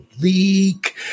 leak